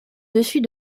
dessus